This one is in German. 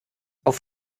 auf